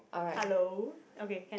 hello okay can